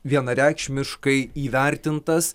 vienareikšmiškai įvertintas